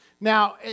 Now